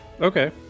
okay